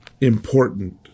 important